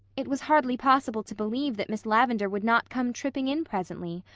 it was hardly possible to believe that miss lavendar would not come tripping in presently,